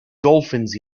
dolphins